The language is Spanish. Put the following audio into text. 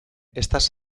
estas